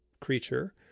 creature